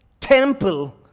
temple